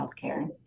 healthcare